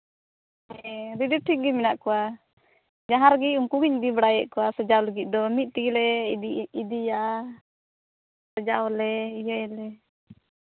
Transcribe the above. ᱦᱮᱸ ᱨᱮᱰᱤ ᱴᱷᱤᱠ ᱜᱮ ᱢᱮᱱᱟᱜ ᱠᱚᱣᱟ ᱡᱟᱦᱟᱸ ᱨᱮᱜᱮ ᱩᱱᱠᱩ ᱜᱤᱧ ᱤᱫᱤ ᱵᱟᱲᱟᱭᱮᱫ ᱠᱚᱣᱟ ᱥᱟᱡᱟᱣ ᱞᱟᱹᱜᱤᱫ ᱫᱚ ᱢᱤᱫ ᱛᱮᱜᱮᱞᱮ ᱤᱫᱤᱭᱟ ᱥᱟᱡᱟᱣᱟᱞᱮ ᱤᱭᱟᱹᱭᱟᱞᱮ